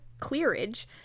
clearage